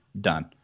done